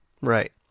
Right